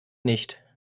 nicht